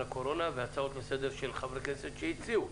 הקורונה והצעות לסדר של חברי כנסת שהציעו,